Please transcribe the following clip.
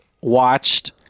watched